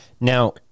Now